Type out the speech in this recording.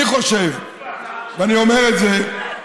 אני חושב, ואני אומר את זה: